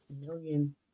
million